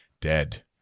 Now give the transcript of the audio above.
dead